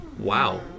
Wow